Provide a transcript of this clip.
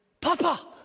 Papa